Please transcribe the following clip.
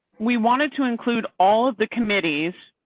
we wanted to include all of the committees.